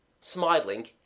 Smiling